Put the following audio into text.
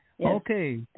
Okay